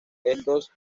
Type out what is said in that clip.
estos